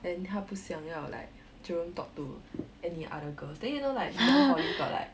then 她不想要 like jerome talk to any other girls then you know like ngee ann poly got like